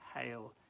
hail